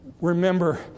remember